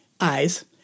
Eyes